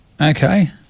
Okay